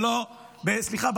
סליחה,